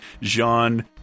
Jean